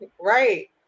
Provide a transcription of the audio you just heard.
Right